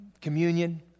communion